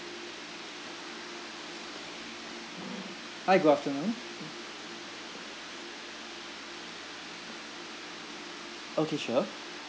hi good afternoon okay sure